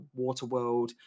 Waterworld